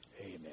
Amen